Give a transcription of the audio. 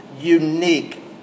unique